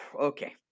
okay